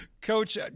Coach